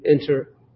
enter